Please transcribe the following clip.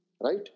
Right